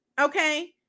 okay